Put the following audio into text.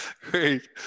Great